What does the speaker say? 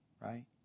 Right